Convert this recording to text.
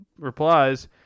replies